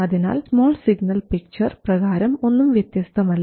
അതിനാൽ small signal picture പ്രകാരം ഒന്നും വ്യത്യസ്തമല്ല